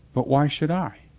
but why should i?